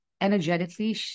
energetically